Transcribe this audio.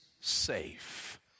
safe